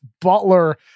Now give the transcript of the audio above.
Butler-